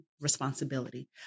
responsibility